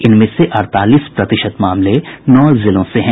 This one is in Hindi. इनमें से अड़तालीस प्रतिशत मामले नौ जिलों से हैं